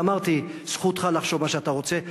אמרתי, זכותך לחשוב מה שאתה רוצה.